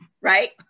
Right